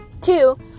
Two